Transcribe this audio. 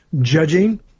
judging